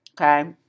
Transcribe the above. Okay